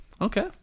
Okay